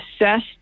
assessed